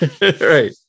Right